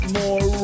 more